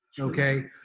Okay